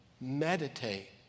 meditate